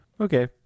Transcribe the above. Okay